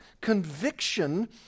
conviction